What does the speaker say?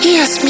Yes